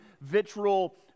vitriol